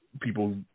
people